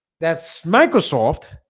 that's microsoft